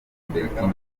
bertin